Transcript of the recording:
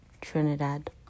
Trinidad